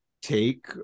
take